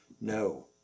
No